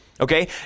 Okay